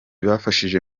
bafashije